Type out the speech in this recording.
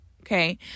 okay